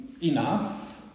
Enough